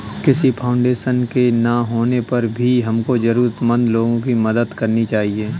किसी फाउंडेशन के ना होने पर भी हमको जरूरतमंद लोगो की मदद करनी चाहिए